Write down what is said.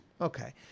Okay